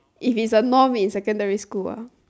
if is the norm in secondary school ah